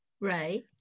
Right